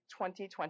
2020